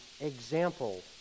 example